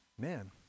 man